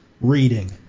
reading